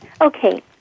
Okay